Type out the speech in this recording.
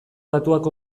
datuak